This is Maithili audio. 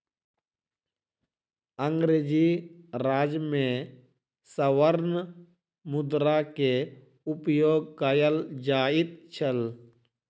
अंग्रेजी राज में स्वर्ण मुद्रा के उपयोग कयल जाइत छल